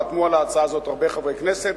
חתמו על ההצעה הזאת הרבה חברי כנסת,